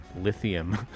Lithium